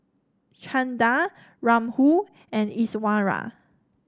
Chanda Rahul and Iswaran